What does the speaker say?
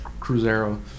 Cruzeiro